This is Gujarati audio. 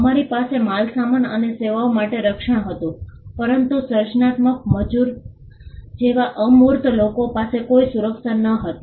અમારી પાસે માલસામાન અને સેવાઓ માટે રક્ષણ હતું પરંતુ સર્જનાત્મક મજૂર જેવા અમૂર્ત લોકો માટે કોઈ સુરક્ષા નહોતી